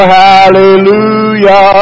hallelujah